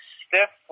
stiff